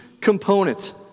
component